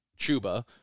Chuba